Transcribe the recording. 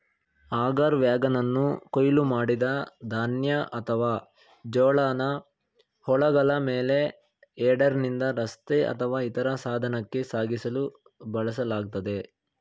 auger ವ್ಯಾಗನನ್ನು ಕೊಯ್ಲು ಮಾಡಿದ ಧಾನ್ಯ ಅಥವಾ ಜೋಳನ ಹೊಲಗಳ ಮೇಲೆ ಹೆಡರ್ನಿಂದ ರಸ್ತೆ ಅಥವಾ ಇತರ ಸಾಧನಕ್ಕೆ ಸಾಗಿಸಲು ಬಳಸಲಾಗ್ತದೆ